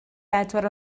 bedwar